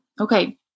Okay